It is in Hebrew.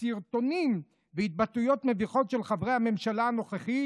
סרטונים עם התבטאויות מביכות של חברי הממשלה הנוכחית